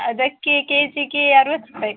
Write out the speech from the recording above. ಅದಕ್ಕೆ ಕೇ ಜಿಗೆ ಅರ್ವತ್ತು ರುಪಾಯ್